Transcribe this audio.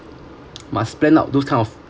must spend those kind of